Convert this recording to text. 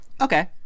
Okay